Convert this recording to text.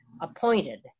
appointed